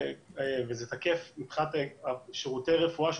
וזה תקף מבחינת שירותי הרפואה שהוא